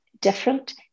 different